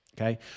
okay